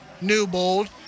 Newbold